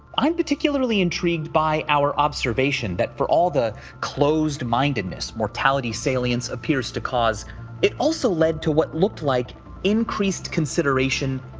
i'm particularly intrigued by our observation that for all the closed mindedness, mortality salience appears to cause it also led to what looked like increased consideration,